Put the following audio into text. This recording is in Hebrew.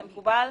זה מקובל?